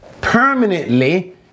permanently